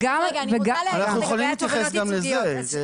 אנחנו יכולים להתייחס גם לזה.